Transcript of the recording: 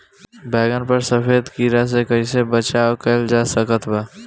बैगन पर सफेद कीड़ा से कैसे बचाव कैल जा सकत बा?